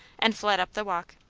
and fled up the walk.